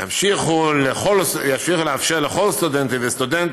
ימשיכו לאפשר לכל סטודנטית וסטודנט